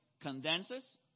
condenses